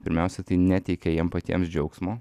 pirmiausia tai neteikia jiem patiems džiaugsmo